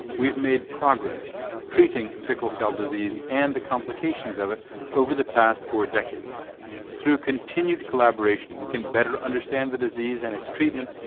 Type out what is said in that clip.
we've made progress treating sickle cell disease and the complications of it over the past four decades through. continued collaboration, we can better understand the disease and its treatment,